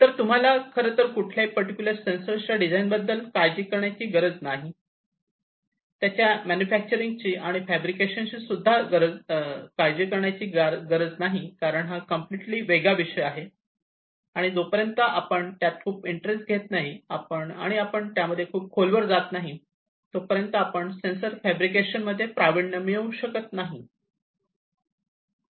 तर तुम्हाला खरंतर कुठल्याही पर्टीकुलर सेन्सर च्या डिझाईन बद्दल काळजी करण्याची गरज नाही त्याच्या मॅन्युफॅक्चरिंग ची आणि फेब्रिकेशन ची सुद्धा कारण हा कम्प्लीटली वेगळी गोष्ट आहे आणि जोपर्यंत आपण त्यात खूप इंटरेस्ट घेत नाही आणि आपण त्यामध्ये खूप खोलवर जात नाही तो पर्यंत आपण सेन्सर फेब्रिकेशन मध्ये प्राविण्य मिळू शकत नाही